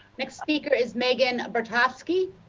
next speaker is megan perkowski.